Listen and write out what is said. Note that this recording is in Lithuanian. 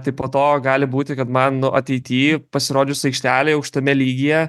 tai po to gali būti kad man nu ateity pasirodžius aikštelėj aukštame lygyje